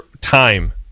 time